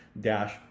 dash